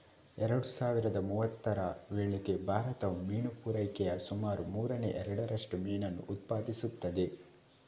ಎರಡು ಸಾವಿರದ ಮೂವತ್ತರ ವೇಳೆಗೆ ಭಾರತವು ಮೀನು ಪೂರೈಕೆಯ ಸುಮಾರು ಮೂರನೇ ಎರಡರಷ್ಟು ಮೀನನ್ನು ಉತ್ಪಾದಿಸುತ್ತದೆ